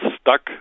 stuck